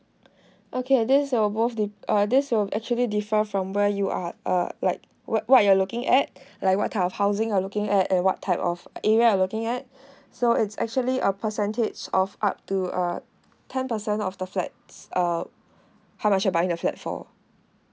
okay these will both di~ uh these will actually differ from where you are uh like what what you're looking at and what type of housing you're looking at and what type of area you're looking at so it's actually a percentage of up to a ten percent of the flats uh how much you're buying the flat for